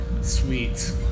Sweet